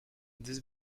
this